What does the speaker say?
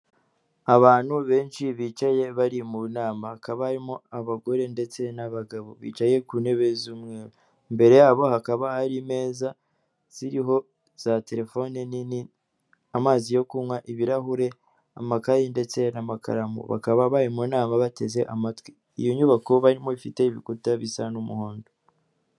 Abantu benshi bicaye bari mu nama, hakaba harimo abagore ndetse n'abagabo, bicaye ku ntebe z'umweru, imbere yabo hakaba hari imeza ziriho za terefone nini, amazi yo kunywa, ibirahure, amakayi ndetse n'amakaramu, bakaba bari mu nama bateze amatwi. Iyo nyubako barimo ifite ibikuta bisa n'umuhondo.